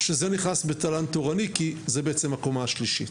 נכנס לתל"ן תורני וזאת בעצם הקומה השלישית.